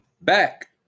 back